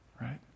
right